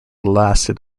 lasted